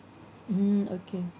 mm okay